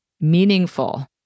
meaningful